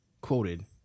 quoted